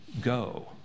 go